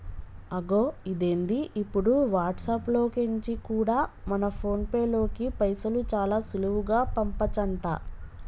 అగొ ఇదేంది ఇప్పుడు వాట్సాప్ లో కెంచి కూడా మన ఫోన్ పేలోకి పైసలు చాలా సులువుగా పంపచంట